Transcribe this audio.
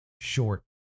short